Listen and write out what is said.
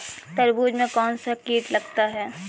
तरबूज में कौनसा कीट लगता है?